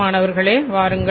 மாணவர்களே வாருங்கள்